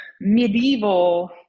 medieval